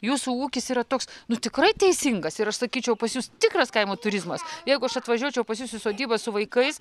jūsų ūkis yra toks nu tikrai teisingas ir aš sakyčiau pas jus tikras kaimo turizmas jeigu aš atvažiuočiau pas jus į sodybą su vaikais